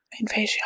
Invasion